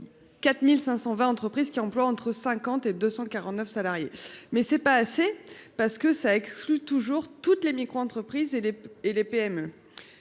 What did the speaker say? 4520 entreprises qui emploient entre 50 et 249 salariés. Mais c'est pas assez parce que ça exclut toujours toute les micro-entreprises et les et